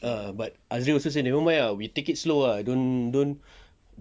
ah but azil also said never mind ah we take it slow ah don't don't